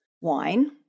wine